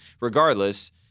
regardless—